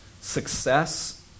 success